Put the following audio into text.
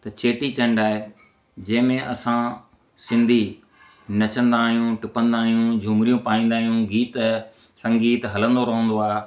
त चेटीचंड आहे जंहिं में असां सिंधी नचंदा आहियूं टुपंदा आहियूं झूमरियूं पाईंदा आहियूं गीत संगीत हलंदो रहंदो आहे